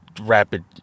rapid